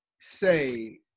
say